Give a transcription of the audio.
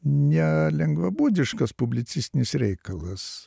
ne lengvabūdiškas publicistinis reikalas